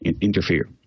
interfere